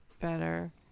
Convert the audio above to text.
better